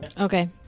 okay